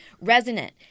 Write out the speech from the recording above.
Resonant